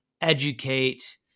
educate